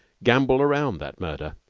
gambol round that murder.